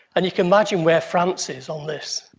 and you can imagine where france is on this,